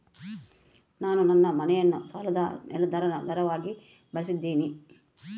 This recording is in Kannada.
ನಾನು ನನ್ನ ಮನೆಯನ್ನ ಸಾಲದ ಮೇಲಾಧಾರವಾಗಿ ಬಳಸಿದ್ದಿನಿ